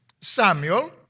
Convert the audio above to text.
Samuel